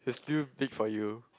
it feel big for you